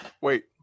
Wait